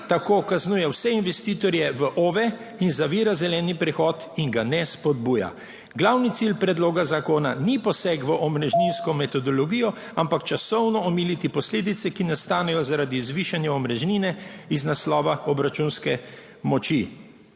tako kaznuje vse investitorje v OVE in zavira zeleni prehod in ga ne spodbuja. Glavni cilj predloga zakona ni poseg v omrežninsko metodologijo, ampak časovno omiliti posledice, ki nastanejo zaradi zvišanja omrežnine iz naslova obračunske moči.